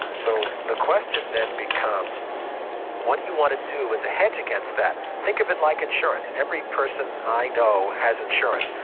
so the ah question then becomes what do you want to do as a hedge against that. think of it like insurance. every person i know has insurance,